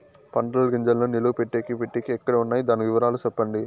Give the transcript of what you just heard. పంటల గింజల్ని నిలువ పెట్టేకి పెట్టేకి ఎక్కడ వున్నాయి? దాని వివరాలు సెప్పండి?